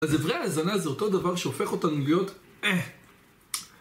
אז אברי האזנה זה אותו דבר שהופך אותנו להיות אה